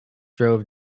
drove